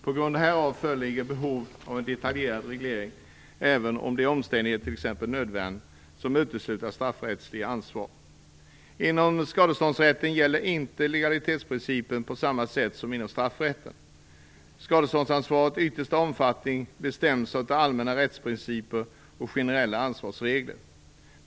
På grund härav föreligger behov av en detaljerad reglering även av de omständigheter, t.ex. nödvärn, som utesluter straffrättsligt ansvar. Inom skadeståndsrätten gäller inte legalitetsprincipen på samma sätt som inom straffrätten. Skadeståndsansvarets yttersta omfattning bestäms av allmänna rättsprinciper och generella ansvarsregler.